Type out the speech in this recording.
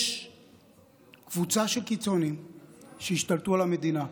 יש קבוצה של קיצונים שהשתלטו על המדינה.